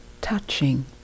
touching